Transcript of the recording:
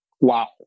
wow